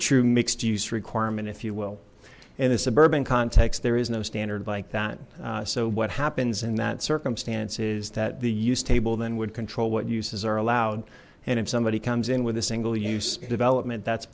true mixed use requirement if you will in the suburban context there is no standard like that so what happens in that circumstance is that the use table then would control what uses are allowed and if somebody comes in with a single use development that's